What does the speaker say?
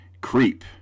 Creep